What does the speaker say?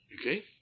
Okay